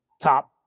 top